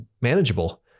manageable